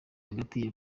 hagati